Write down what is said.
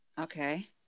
Okay